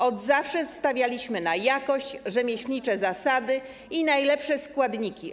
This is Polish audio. Od zawsze stawialiśmy na jakość, rzemieślnicze zasady i najlepsze składniki.